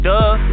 Duh